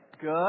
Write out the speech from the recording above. Good